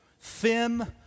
thin